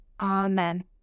Amen